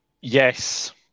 Yes